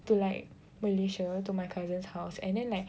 to like Malaysia to my cousin's house and then like